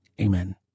Amen